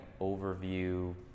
overview